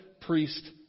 priest